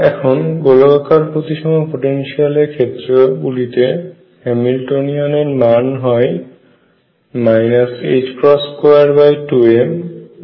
এখন গোলাকার প্রতিসম পোটেনশিয়াল এর ক্ষেত্র গুলিতে হ্যামিল্টনিয়ান এর মান হয় 22m 2Vr